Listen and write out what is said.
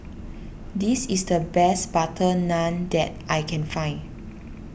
this is the best Butter Naan that I can find